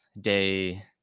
day